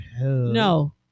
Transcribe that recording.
no